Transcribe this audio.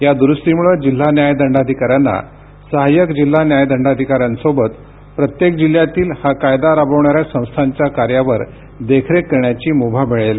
या दुरुस्तीमुळे जिल्हा न्याय दंडाधिकाऱ्यांना सहाय्यक जिल्हा न्याय दंडाधिकाऱ्यांसोबत प्रत्येक जिल्ह्यातील हा कायदा राबविणाऱ्या संस्थांच्या कार्यावर देखरेख करण्याची मुभा मिळेल